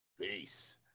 peace